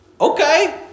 okay